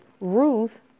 Ruth